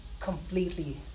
completely